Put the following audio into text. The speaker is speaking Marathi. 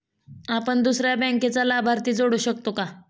आपण दुसऱ्या बँकेचा लाभार्थी जोडू शकतो का?